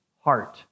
heart